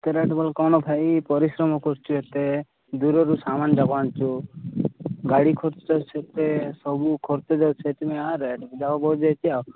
ଏତେ ରେଟ୍ ବୋଲି କ'ଣ ଭାଇ ପରିଶ୍ରମ କରୁଛୁ ଏତେ ଦୂରରୁ ସାମାନ ଯାକ ଆଣୁଛୁ ଗାଡ଼ି ଖର୍ଚ୍ଚ ସେତେ ସବୁ ଖର୍ଚ୍ଚ ଯାଉଛି ସେଥିପାଇଁ ଆର ରେଟ୍ ଯାକ ବଢ଼ିଯାଇଛି ଆଉ